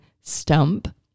stump